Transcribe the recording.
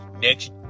Next